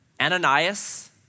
Ananias